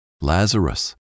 Lazarus